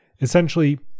essentially